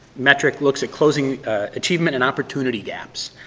metric looks at closing achievement and opportunity gaps.